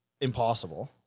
Impossible